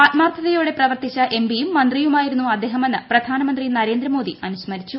ആത്മാർത്ഥതയോടെ പ്രവർത്തിച്ച എംപിയും മന്ത്രിയുമായിരുന്നു അദ്ദേഹമെന്ന് പ്രധാനമന്ത്രി നരേന്ദ്രമോദി അനുസ്മരിച്ചു